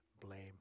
blame